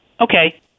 Okay